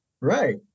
Right